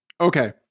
Okay